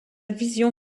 vision